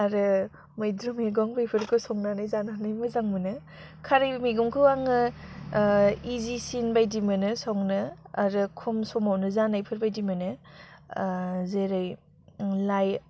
आरो मैद्रु मैगं बेफोरखौ संनानै जानो मोजां मोनो खारै मैगंखौ आङो इजिसिन बायदि मोनो संनो आरो खम समावनो जानायफोरबायदि मोनो जेरै लाइ